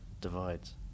divides